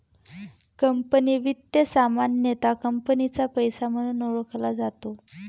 company वित्त सामान्यतः कंपनीचा पैसा म्हणून ओळखला जातो